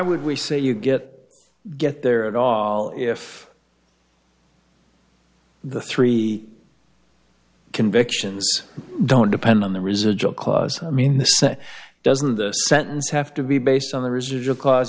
would we say you get get there at all if the three convictions don't depend on the residual clause i mean the so doesn't the sentence have to be based on the residual cause